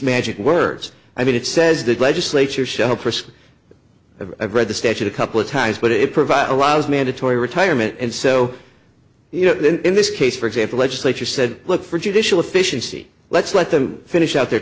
magic words i mean it says the legislature shall pursue i've read the statute a couple of times but it provides a lot of mandatory retirement and so you know in this case for example legislature said look for judicial efficiency let's let them finish out their